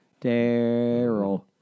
Daryl